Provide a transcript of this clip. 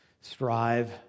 strive